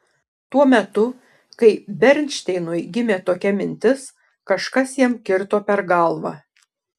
tuo metu kai bernšteinui gimė tokia mintis kažkas jam kirto per galvą